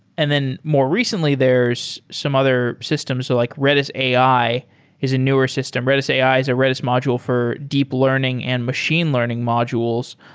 and then more recently there's some other systems, like redis ai is a newer system. redis ai is a redis module for deep learning and machine learning modules.